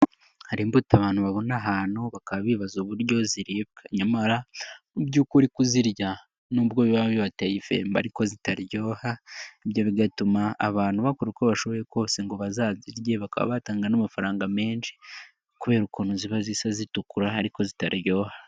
Hari imbuto abantu babona ahantu bakaba bibaza uburyo ziribwa, nyamara mu by'ukuri kuzirya nubwo biba bibateye ifemba ariko zitaryoha, ibyo bigatuma abantu bakora uko bashoboye kose ngo bazazirye bakaba batanga n'amafaranga menshi kubera ukuntu ziba zisa zitukura ariko zitariryoha.